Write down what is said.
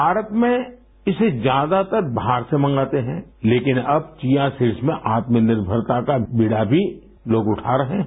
भारत में इसे ज्यादातर बाहर से मंगाते हैं तेकिन अब विया सीड़स में आत्मनिर्भरता का बीड़ा भी लोग उता रहे हैं